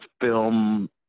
film